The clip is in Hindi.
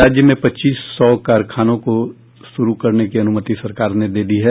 राज्य में पच्चीस सौ कारखानों को शुरू करने की अनुमति सरकार ने दे दी है